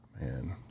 Man